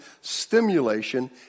stimulation